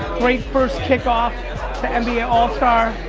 great first kick-off to and nba all-star.